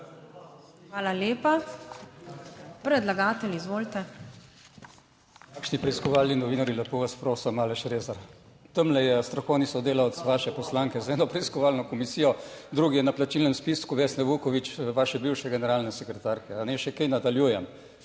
Hvala lepa. Predlagatelj, izvolite.